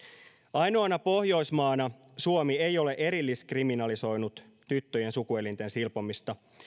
ainoana pohjoismaana suomi ei ole erilliskriminalisoinut tyttöjen sukuelinten silpomista